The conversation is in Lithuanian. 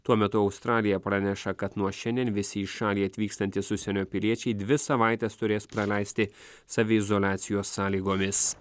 tuo metu australija praneša kad nuo šiandien visi į šalį atvykstantys užsienio piliečiai dvi savaites turės praleisti saviizoliacijos sąlygomis